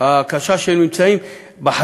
הקשה שהם נמצאים בה,